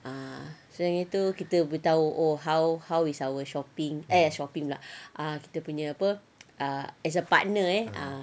ah so yang itu kita beritahu oh how how is our shopping eh shopping pula ah kita punya as a partner eh ah